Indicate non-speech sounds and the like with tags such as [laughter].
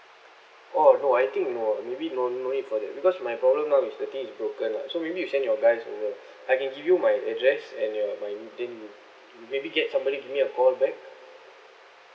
oh no I think no maybe no no need for that because my problem now is the thing is broken lah so maybe you send you guys over [breath] I can give you my address and ya my maybe get somebody give me a call back